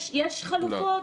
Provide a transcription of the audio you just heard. יש חלופות.